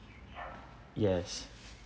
yes